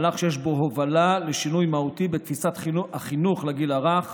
מהלך שיש בו הובלה לשינוי מהותי בתפיסת החינוך לגיל הרך